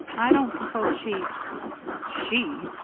i don't suppose she she?